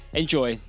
enjoy